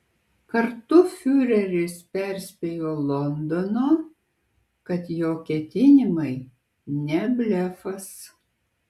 kartu fiureris perspėjo londoną kad jo ketinimai ne blefas